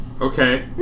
Okay